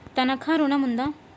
తనఖా ఋణం ఉందా?